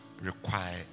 require